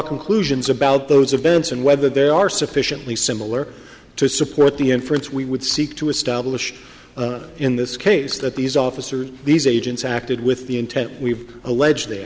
conclusions about those events and whether they are sufficiently similar to support the inference we would seek to establish in this case that these officers these agents acted with the intent we've alleged